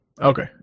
Okay